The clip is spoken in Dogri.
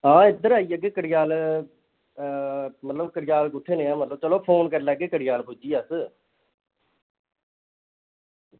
हां इद्धर आई जाह्गे कड़कयाल मतलब कड़कयाल कुत्थें नेिहें मतलब चलो फोन करी लैगे कड़कयाल पुज्जियै अस